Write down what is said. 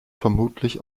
vermutlich